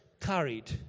carried